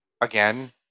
Again